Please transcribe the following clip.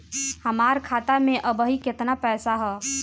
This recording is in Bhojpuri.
हमार खाता मे अबही केतना पैसा ह?